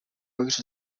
bakış